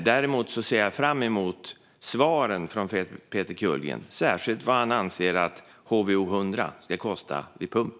Däremot ser jag fram emot svaren från Peter Kullgren, särskilt på vad han anser att HVO 100 ska kosta vid pump.